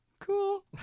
cool